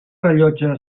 rellotge